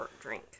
drink